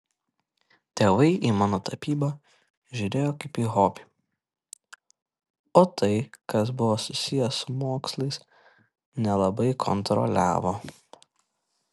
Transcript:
tėvai į mano tapybą žiūrėjo kaip į hobį o tai kas buvo susiję su mokslais nelabai kontroliavo